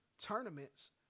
tournaments